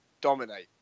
dominate